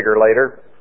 later